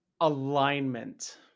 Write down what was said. Alignment